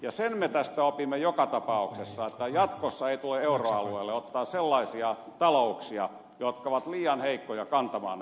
ja sen me tästä opimme joka tapauksessa että jatkossa ei tule euroalueelle ottaa sellaisia talouksia jotka ovat liian heikkoja kantamaan näitä vastuita